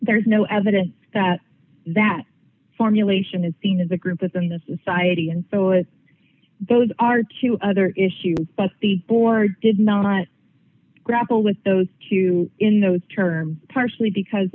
there is no evidence that that formulation is seen as a group within the society and so it's those are two other issues but the board did not grapple with those two in those terms partially because